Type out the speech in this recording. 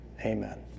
Amen